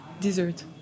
Dessert